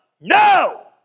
No